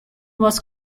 was